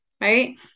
right